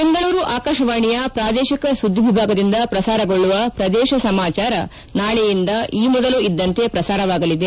ಬೆಂಗಳೂರು ಆಕಾಶವಾಣಿಯ ಪ್ರಾದೇಶಿಕ ಸುದ್ದಿ ವಿಭಾಗದಿಂದ ಪ್ರಸಾರಗೊಳ್ಳುವ ಪ್ರದೇಶ ಸಮಾಚಾರ ನಾಳೆಯಿಂದ ಈ ಮೊದಲು ಇದ್ದಂತೆ ಪ್ರಸಾರವಾಗಲಿದೆ